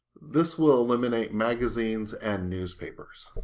this will eliminate magazines and newspapers.